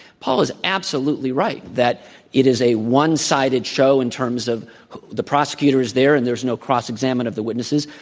paul is absolutely right that it is a one-sided show in terms of the prosecutors there, and there's no cross-examine of the witnesses.